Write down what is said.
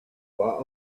bar